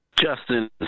Justin